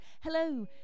Hello